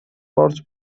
part